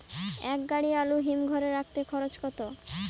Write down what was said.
এক গাড়ি আলু হিমঘরে রাখতে খরচ কত?